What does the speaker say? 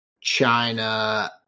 China